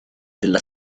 della